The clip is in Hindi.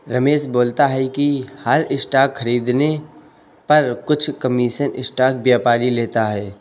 रमेश बोलता है कि हर स्टॉक खरीदने पर कुछ कमीशन स्टॉक व्यापारी लेता है